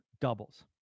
doubles